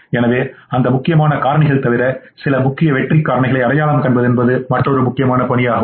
எனவே அந்தமுக்கியமான காரணிகள்தவிரசிலமுக்கிய வெற்றி காரணிகளை அடையாளம் காண்பது மற்றொரு முக்கியமான பணியாகும்